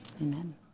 Amen